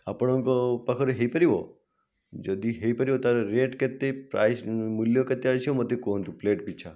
ଆପଣଙ୍କ ପାଖରେ ହେଇପାରିବ ଯଦି ହେଇପାରିବ ତାହେଲେ ରେଟ୍ କେତେ ପ୍ରାଇସ୍ ମୂଲ୍ୟ କେତେ ଆସିବ ମୋତେ କୁହନ୍ତୁ ପ୍ଳେଟ୍ ପିଛା